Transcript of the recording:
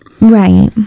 Right